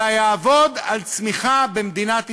אלא יעבוד על צמיחה במדינת ישראל.